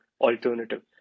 alternative